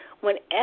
Whenever